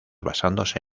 basándose